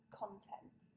content